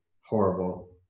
horrible